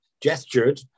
gestured